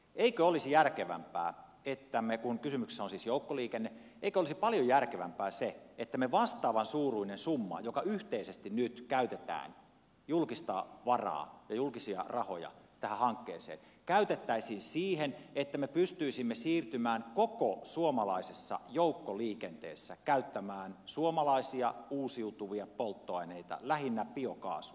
eikö olisi paljon järkevämpää kun kysymyksessä on siis joukkoliikenne se että me vastaavan suuruisen summan joka yhteisesti nyt käytetään julkista varaa ja julkisia rahoja tähän hankkeeseen käyttäisimme siihen että me pystyisimme siirtymään koko suomalaisessa joukkoliikenteessä käyttämään suomalaisia uusiutuvia polttoaineita lähinnä biokaasua